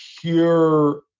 pure